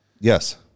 Yes